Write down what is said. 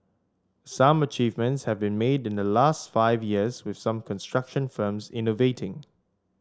some achievements have been made in the last five years with some construction firms innovating